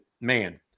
man